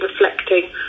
reflecting